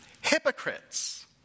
hypocrites